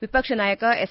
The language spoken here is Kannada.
ವಿಪಕ್ಷ ನಾಯಕ ಎಸ್